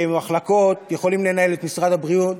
מחלקות יכולים לנהל את משרד הבריאות